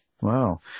Wow